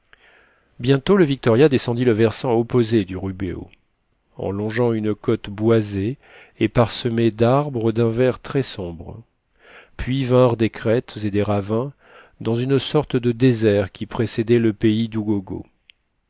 bientôt le victoria descendit le versant opposé du rubeho en longeant une côte boisée et parsemée d'arbres d'un vert très sombre puis vinrent des crêtes et des ravins dans une sorte de désert qui précédait le pays d'ugogo